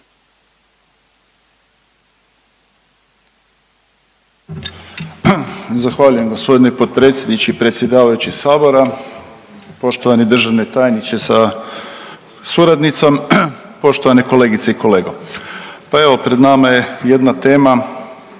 Zahvaljujem gospodine potpredsjedniče i predsjedavajući sabora. Poštovani državni tajniče sa suradnicom, poštovane kolegice i kolege, pa evo pred nama je jedna tema